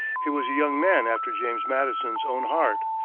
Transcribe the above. he was a young man after james madison's own heart,